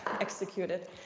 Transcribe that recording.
executed